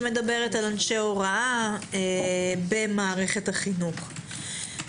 שמדברת על אנשי הוראה במערכת החינוך.